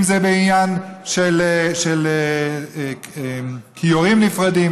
אם זה בעניין של כיורים נפרדים,